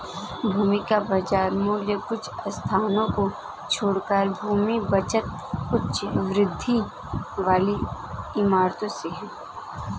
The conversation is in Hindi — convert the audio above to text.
भूमि का बाजार मूल्य कुछ स्थानों को छोड़कर भूमि बचत उच्च वृद्धि वाली इमारतों से है